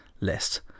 list